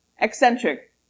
eccentric